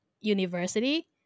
university